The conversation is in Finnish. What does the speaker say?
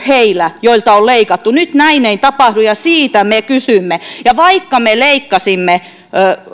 heillä joilta on leikattu nyt näin ei tapahdu ja siitä me kysymme ja vaikka me leikkasimme